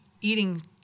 eating